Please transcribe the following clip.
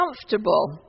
comfortable